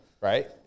right